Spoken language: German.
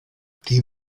die